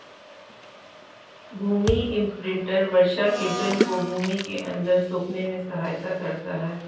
भूमि imprinter वर्षा के जल को भूमि के अंदर सोखने में सहायता करता है